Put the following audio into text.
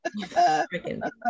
Freaking